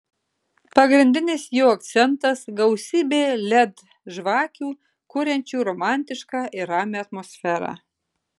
pagrindinis jo akcentas gausybė led žvakių kuriančių romantišką ir ramią atmosferą